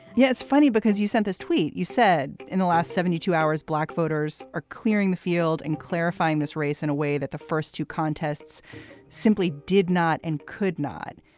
yeah. it's funny because you sent this tweet, you said in the last seventy two hours, black voters are clearing the field and clarifying this race in a way that the first two contests simply did not and could not.